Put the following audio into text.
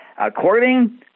According